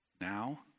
Now